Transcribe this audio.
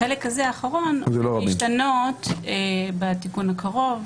החלק הזה האחרון עתיד להשתנות בתיקון הקרוב,